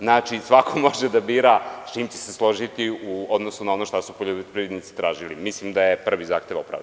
Znači svako može da bira s čime će se složiti u odnosu na ono šta se poljoprivrednici tražili, mislim da je prvi zahtev opravdan.